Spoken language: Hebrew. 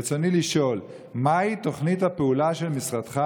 ברצוני לשאול: 1. מהי תוכנית הפעולה של משרדך